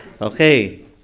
Okay